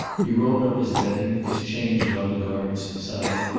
he rolled up his bedding, his change of under-garments inside it,